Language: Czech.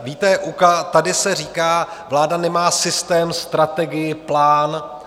Víte, tady se říká: Vláda nemá systém, strategii, plán.